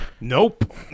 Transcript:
Nope